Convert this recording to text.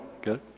Good